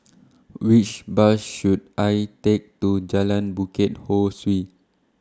Which Bus should I Take to Jalan Bukit Ho Swee